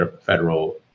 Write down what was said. federal